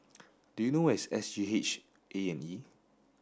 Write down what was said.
do you know where is S G H A and E